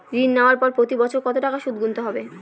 ঋণ নেওয়ার পরে প্রতি বছর কত টাকা সুদ গুনতে হবে?